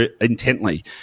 intently